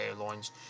airlines